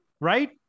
right